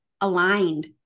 aligned